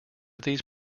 these